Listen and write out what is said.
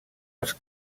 els